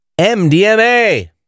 MDMA